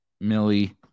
Millie